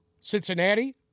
Cincinnati